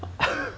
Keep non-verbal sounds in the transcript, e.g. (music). (laughs)